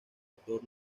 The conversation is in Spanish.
actor